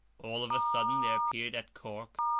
all of a sudden there appeared at cork,